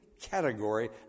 category